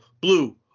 Blue